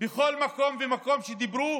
בכל מקום ומקום שבו דיברו